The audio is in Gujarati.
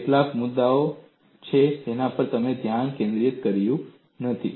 કેટલાક મુદ્દાઓ છે જેના પર તમે ધ્યાન કેન્દ્રિત કર્યું નથી